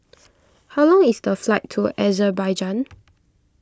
how long is the flight to a Azerbaijan